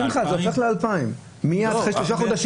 הופך ל-2,000 שקל.